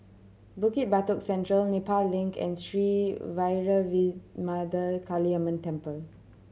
Bukit Batok Central Nepal Link and Sri Vairavimada Kaliamman Temple